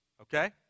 okay